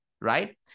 right